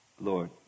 Lord